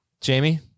Jamie